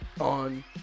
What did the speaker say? on